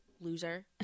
Loser